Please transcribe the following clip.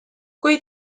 kui